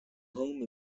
home